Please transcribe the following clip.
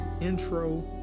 intro